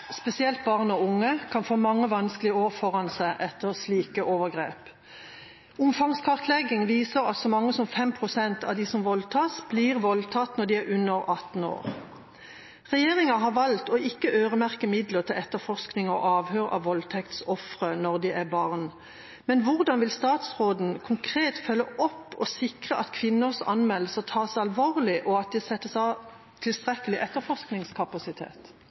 spesielt barn og unge kan få mange vanskelige år foran seg etter slike overgrep. Omfangskartlegging viser at så mange som 5 pst. av de som voldtas, blir voldtatt når de er under 18 år. Regjeringen har valgt ikke å øremerke midler til etterforskning og avhør av voldtektsofre. Hvordan vil statsråden konkret følge opp og sikre at kvinners anmeldelser tas alvorlig og at det settes av tilstrekkelig etterforskningskapasitet?»